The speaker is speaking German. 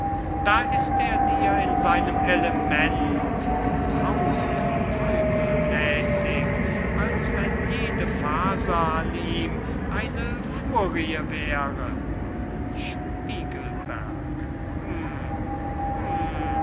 da ist er dir in seinem element und haußt teufelmäßig als wenn jede faser an ihm eine furie wäre spiegelberg hum hum